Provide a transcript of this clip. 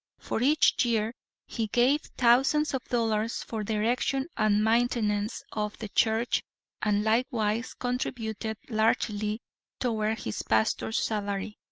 for each year he gave thousands of dollars for the erection and maintenance of the church and likewise contributed largely toward his pastor's salary.